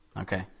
Okay